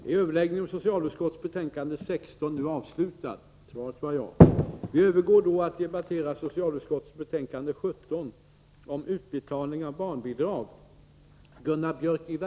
Kammaren övergår nu till att debattera socialutskottets betänkande 17 om utbetalning av barnbidrag m.m.